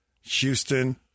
Houston